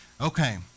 Okay